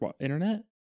internet